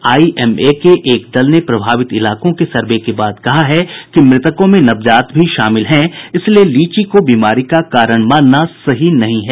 IMA के एक दल ने प्रभावित इलाकों के सर्वे के बाद कहा है कि मृतकों में नवजात भी शामिल है इसलिए लीची को बीमारी का कारण मानना सही नहीं है